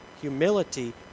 Humility